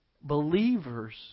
believers